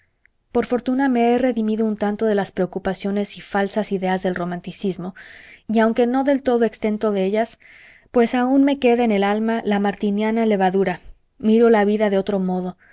por fortuna me he redimido un tanto de las preocupaciones y falsas ideas del romanticismo y aunque no del todo exento de ellas pues aun me queda en el alma lamartiniana levadura miro la vida de otro modo